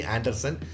Anderson